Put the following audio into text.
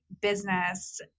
business